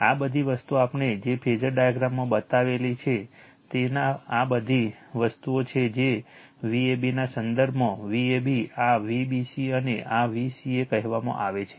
આ બધી વસ્તુઓ આપણે જે ફેઝર ડાયાગ્રામમાં બનાવેલી છે તેમાં આ બધી વસ્તુઓ છે કે જે Vab ના સંદર્ભમાં Vab આ Vbc અને આ Vca કહેવામાં આવે છે